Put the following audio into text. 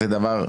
זה דבר לא נכון.